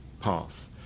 path